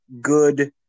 good